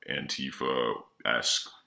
Antifa-esque